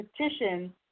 petition